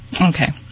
okay